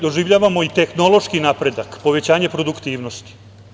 Doživljavamo i tehnološki napredak, povećanje produktivnosti.